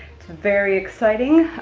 very exciting.